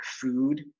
food